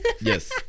Yes